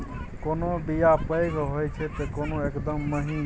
कोनो बीया पैघ होई छै तए कोनो एकदम महीन